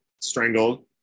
strangled